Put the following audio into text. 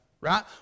right